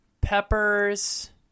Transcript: Peppers